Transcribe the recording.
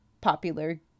popular